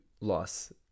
loss